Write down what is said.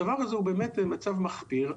הדבר הזה הוא באמת מצב מחפיר.